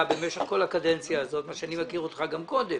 במשך כל הקדנציה הזאת - אני מכיר אותך גם קודם